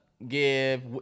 give